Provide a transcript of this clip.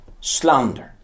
slander